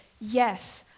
Yes